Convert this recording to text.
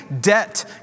debt